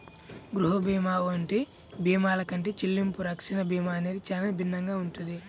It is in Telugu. గృహ భీమా వంటి భీమాల కంటే చెల్లింపు రక్షణ భీమా అనేది చానా భిన్నంగా ఉంటది